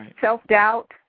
self-doubt